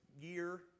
year